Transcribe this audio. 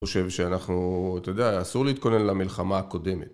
אני חושב שאנחנו, אתה יודע, אסור להתכונן למלחמה הקודמת.